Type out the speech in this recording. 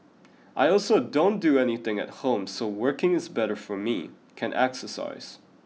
I also don't do anything at home so working is better for me can exercise